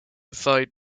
side